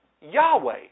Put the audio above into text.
Yahweh